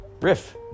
riff